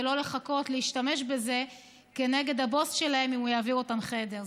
ולא לחכות להשתמש בזה כנגד הבוס שלהן אם הוא יעביר אותן חדר.